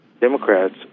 Democrats